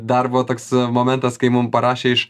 dar buvo toks momentas kai mum parašė iš